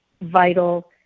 vital